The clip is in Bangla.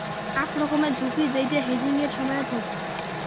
আক রকমের ঝুঁকি যেইটা হেজিংয়ের সময়ত হউক